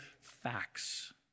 facts